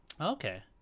okay